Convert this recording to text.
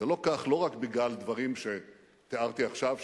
זה לא כך לא רק בגלל דברים שתיארתי עכשיו,